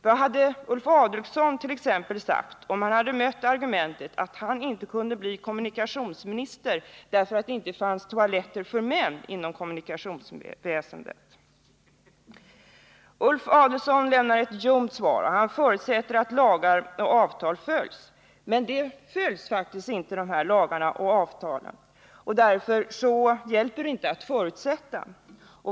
Vad hade Ulf Adelsohn sagt, om han t.ex. hade mött argumentet att han inte kunde bli kommunikationsminister därför att det inte fanns toaletter för män inom kommunikationsväsendet? Ulf Adelsohn lämnar ett ljumt svar. Han förutsätter att lagar och avtal följs, men de följs faktiskt inte, och därför hjälper det inte att förutsätta.